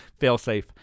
Failsafe